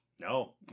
No